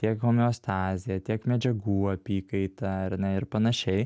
tiek homeostazę tiek medžiagų apykaitą ar ne ir panašiai